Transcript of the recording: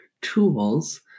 tools